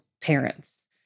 parents